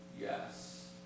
Yes